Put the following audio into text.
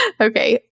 Okay